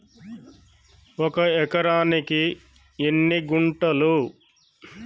ఒక ఎకరానికి ఎన్ని గుంటలు?